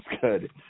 good